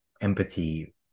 empathy